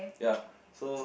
ya so